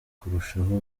kurushaho